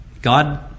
God